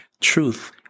truth